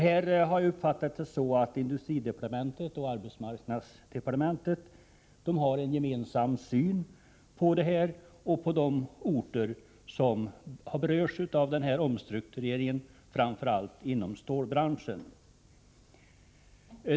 Jag har uppfattat det så att industridepartementet och arbetsmarknadsdepartementet har en gemensam syn på de orter som har berörts av omstruktureringen, framför allt inom stålbranschen.